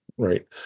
Right